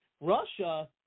Russia